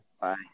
Bye